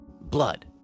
blood